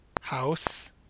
House